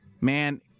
Man